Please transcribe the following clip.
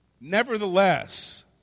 Nevertheless